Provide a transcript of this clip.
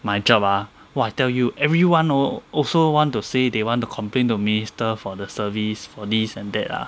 my job ah !wah! I tell you everyone hor also want to say they want to complain to minister for the service for this and that ah